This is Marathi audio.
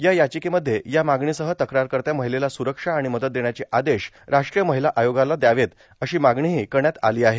या याचिकेमध्ये या मागणीसह तकारकर्त्या महिलेला सुरक्षा आणि मदत देण्याचे आदेश राष्ट्रीय महिला आयोगाला द्यावेत अशी मागणीही करण्यात आली आहे